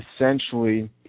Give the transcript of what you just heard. essentially